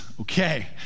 Okay